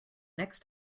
next